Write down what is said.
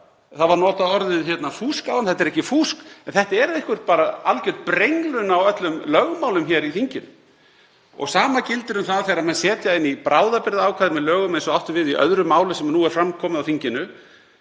Það var notað orðið fúsk hér áðan, þetta er ekki fúsk en þetta er algjör brenglun á öllum lögmálum hér á þinginu. Og sama gildir um það þegar menn setja inn í bráðabirgðaákvæði með lögum, eins og átti við í öðru máli sem nú er fram komið á þinginu,